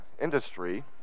industry